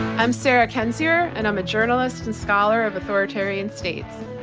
i'm sarah kendzior, and i'm a journalist and scholar of authoritarian states.